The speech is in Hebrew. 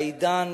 בעידן